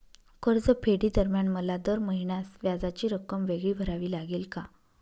कर्जफेडीदरम्यान मला दर महिन्यास व्याजाची रक्कम वेगळी भरावी लागेल का?